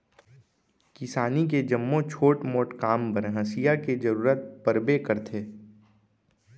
किसानी के जम्मो छोट मोट काम बर हँसिया के जरूरत परबे करथे